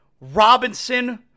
Robinson